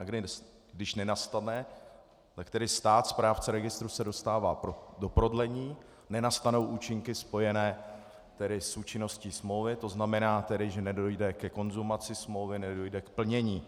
A když nenastane, tak tedy stát, správce registru, se dostává do prodlení, nenastanou účinky spojené tedy s účinností smlouvy, to znamená tedy, že nedojde ke konzumaci smlouvy, nedojde k plnění.